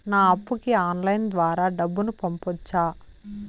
నా అప్పుకి ఆన్లైన్ ద్వారా డబ్బును పంపొచ్చా